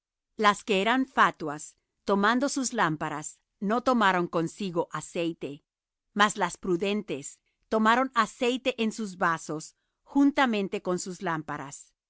las que eran fatuas tomando sus lámparas no tomaron consigo aceite mas las prudentes tomaron aceite en sus vasos juntamente con sus lámparas